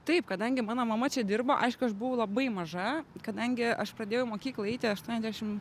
taip kadangi mano mama čia dirbo aišku aš buvau labai maža kadangi aš pradėjau į mokyklą eiti aštuonedešim